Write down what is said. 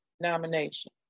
nomination